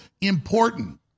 important